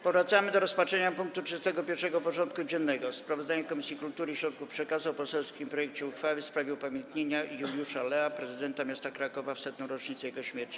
Powracamy do rozpatrzenia punktu 31. porządku dziennego: Sprawozdanie Komisji Kultury i Środków Przekazu o poselskim projekcie uchwały w sprawie upamiętnienia Juliusza Lea, Prezydenta Miasta Krakowa w 100-rocznicę Jego śmierci.